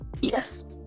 Yes